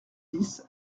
dix